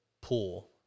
pool